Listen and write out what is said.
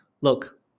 Look